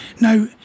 now